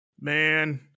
man